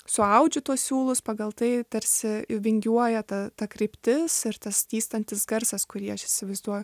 suaudžiu tuos siūlus pagal tai tarsi vingiuoja ta ta kryptis ir tas tįstantis garsas kurį aš įsivaizduoju